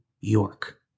York